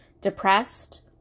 depressed